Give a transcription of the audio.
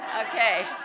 Okay